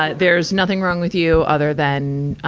ah there's nothing wrong with you other than, ah,